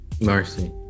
Mercy